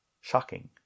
shocking